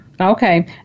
Okay